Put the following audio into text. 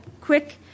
quick